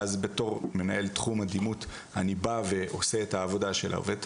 ואז בתור מנהל תחום הדימות אני בא ועושה את העבודה של העובדת